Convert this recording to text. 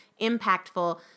impactful